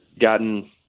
gotten